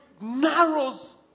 narrows